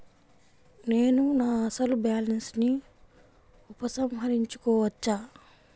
నేను నా అసలు బాలన్స్ ని ఉపసంహరించుకోవచ్చా?